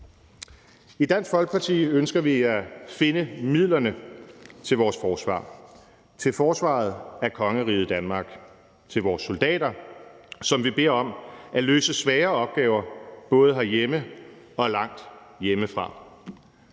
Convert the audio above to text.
I Dansk Folkeparti ønsker vi at finde midlerne til vores forsvar, til forsvaret af kongeriget Danmark og til vores soldater, som vi beder om at løse svære opgaver både herhjemme og langt hjemmefra.